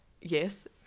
Yes